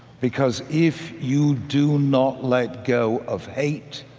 because if you do not let go of hate,